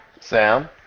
Sam